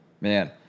Man